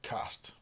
Cast